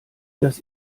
das